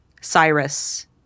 Cyrus